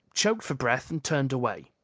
choked for breath, and turned away.